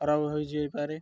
ଖରାପ ହୋଇଯାଇପାରେ